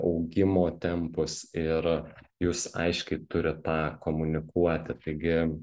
augimo tempus ir jūs aiškiai turit tą komunikuoti taigi